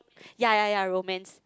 yea yea yea romance